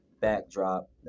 backdrop